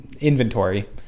inventory